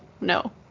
no